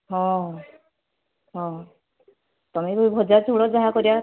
ହଁ ହଁ ତମେ ବି ଭଜା ଝୁଳ ଯାହା କରିବା